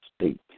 state